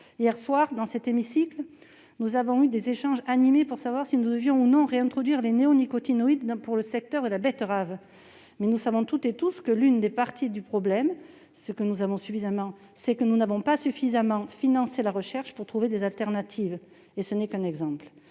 Hier soir, dans cet hémicycle, nous avons eu des échanges animés pour savoir si nous devions ou non réintroduire les néonicotinoïdes dans le secteur de la betterave. Mais nous savons tous que l'une des parties du problème, c'est que nous n'avons pas suffisamment financé la recherche pour trouver des alternatives ! Et ce n'est qu'un exemple.